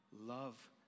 Love